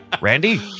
Randy